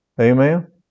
Amen